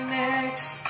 next